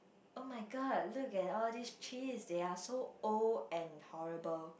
oh-my-God look at all these cheese they are so old and horrible